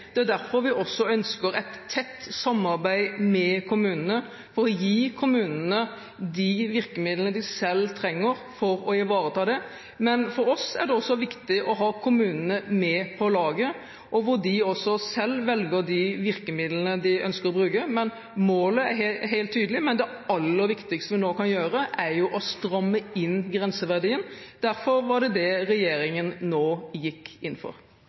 kommunene for å gi kommunene de virkemidlene de selv trenger for å ivareta det. For oss er det viktig å ha kommunene med på laget, hvor de selv velger de virkemidlene de ønsker å bruke. Målet er helt tydelig, men det aller viktigste vi nå kan gjøre, er å stramme inn grenseverdien. Derfor var det det regjeringen nå gikk inn for.